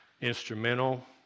instrumental